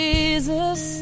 Jesus